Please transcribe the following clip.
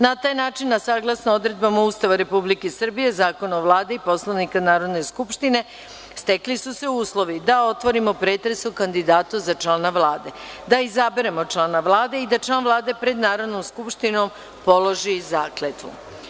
Na taj način, a saglasno odredbama Ustava Republike Srbije, Zakona o Vladi i Poslovnika Narodne skupštine, stekli su se uslovi: - da otvorimo pretres o kandidatu za člana Vlade, - da izaberemo člana Vlade i - da član Vlade pred Narodnom skupštinom položi zakletvu.